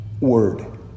word